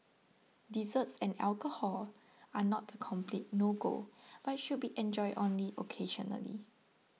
desserts and alcohol are not a complete no go but should be enjoyed only occasionally